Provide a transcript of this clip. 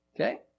Okay